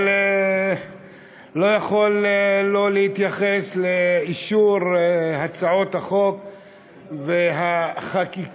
אבל אני לא יכול שלא להתייחס לאישור הצעות החוק והחקיקה